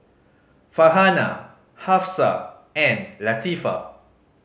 Farhanah Hafsa and Latifa